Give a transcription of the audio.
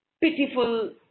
pitiful